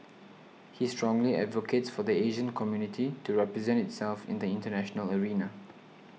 he strongly advocates for the Asian community to represent itself in the international arena